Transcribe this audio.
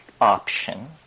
option